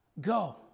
Go